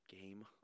game